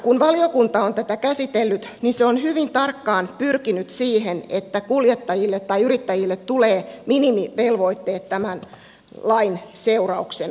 kun valiokunta on tätä käsitellyt niin se on hyvin tarkkaan pyrkinyt siihen että kuljettajille tai yrittäjille tulee minimivelvoitteet tämän lain seurauksena